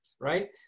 right